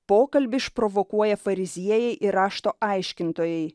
pokalbį išprovokuoja fariziejai ir rašto aiškintojai